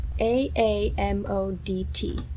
A-A-M-O-D-T